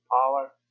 power